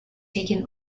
taken